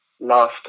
last